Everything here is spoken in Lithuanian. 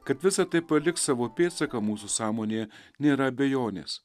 kad visa tai paliks savo pėdsaką mūsų sąmonėje nėra abejonės